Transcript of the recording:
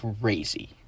crazy